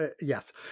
Yes